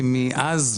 כי מאז,